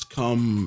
come